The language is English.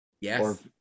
Yes